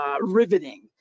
riveting